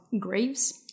graves